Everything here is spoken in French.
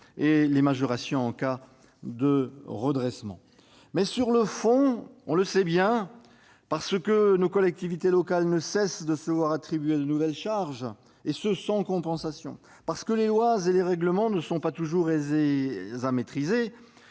et les majorations applicables en cas de redressement. Parce que nos collectivités locales ne cessent de se voir attribuer de nouvelles charges, et ce sans compensation, parce que les lois et règlements ne sont pas toujours aisés à maîtriser,